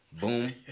boom